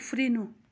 उफ्रिनु